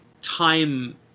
time